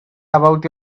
about